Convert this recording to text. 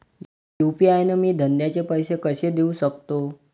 UPI न मी धंद्याचे पैसे कसे देऊ सकतो?